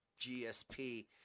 GSP